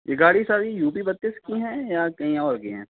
ये गाड़ी सारी यू पी बत्तीस की है या कहीं और की हैं